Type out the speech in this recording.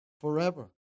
forever